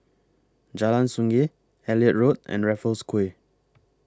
Jalan Sungei Elliot Road and Raffles Quay